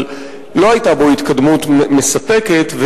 אבל לא היתה בו התקדמות מספקת,